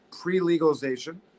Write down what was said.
pre-legalization